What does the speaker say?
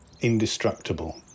indestructible